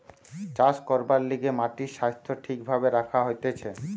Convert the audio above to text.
চাষ করবার লিগে মাটির স্বাস্থ্য ঠিক ভাবে রাখা হতিছে